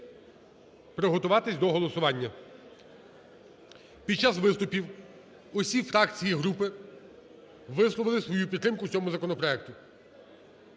приготуватись до голосування. Під час виступів усі фракції і групи висловили свою підтримку цьому законопроекту.